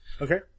Okay